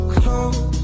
close